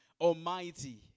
almighty